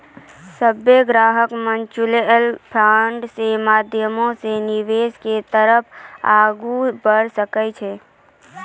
सभ्भे ग्राहक म्युचुअल फंडो के माध्यमो से निवेश के तरफ आगू बढ़ै सकै छै